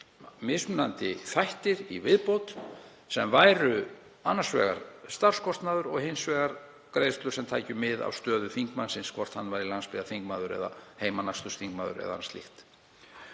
mismunandi þættir í viðbót sem væru annars vegar starfskostnaður og hins vegar greiðslur sem tækju mið af stöðu þingmannsins, hvort hann er landsbyggðarþingmaður eða heimanakstursþingmaður eða annað slíkt,